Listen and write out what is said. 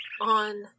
on